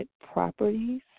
properties